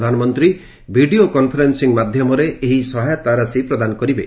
ପ୍ରଧାନମନ୍ତ୍ରୀ video conferencing ମାଧ୍ୟମରେ ଏହି ସହାୟତା ପ୍ରଦାନ କରିବେ